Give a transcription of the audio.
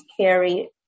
carry